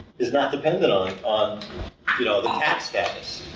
is not dependent on on you know the tax status.